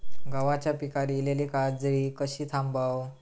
गव्हाच्या पिकार इलीली काजळी कशी थांबव?